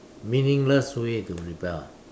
meaningless way to rebel